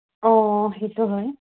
অঁ অঁ সেইটো হয়